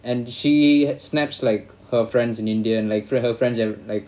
and she snaps like her friends in india and like for her friends in like